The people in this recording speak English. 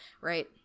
right